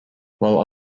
while